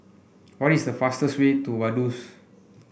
what is the fastest way to Vaduz